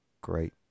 great